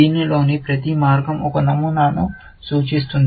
దీనిలోని ప్రతి మార్గం ఒక నమూనాను సూచిస్తుంది